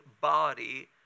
body